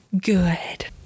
good